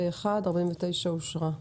הצבעה אושרה.